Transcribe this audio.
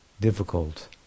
difficult